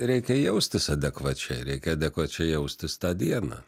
reikia jaustis adekvačiai reikia adekvačiai jaustis tą dieną